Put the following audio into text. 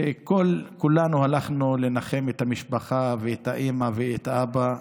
שכולנו הלכנו לנחם את המשפחה ואת האימא ואת האבא,